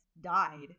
died